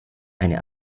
eine